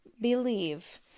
believe